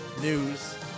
news